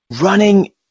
running